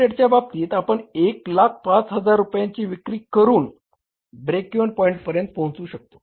Ltd च्या बाबतीत आपण 105000 रुपयांची विक्री करून ब्रेक इव्हन पॉईंट पर्यंत पोहचत आहोत